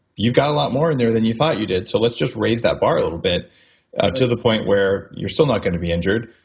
you got a lot more in there that you thought you did, so let's just raise that bar a little bit to the point where you're still not going to be injured,